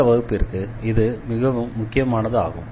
இந்த வகுப்பிற்கு இது மிகவும் முக்கியமானது ஆகும்